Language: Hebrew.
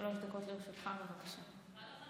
שלוש דקות לרשותך, בבקשה.